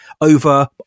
over